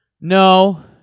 No